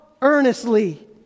earnestly